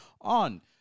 on